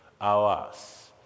Hours